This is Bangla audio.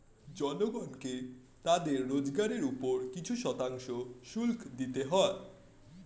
জনগণকে তাদের রোজগারের উপর কিছু শতাংশ শুল্ক দিতে হয়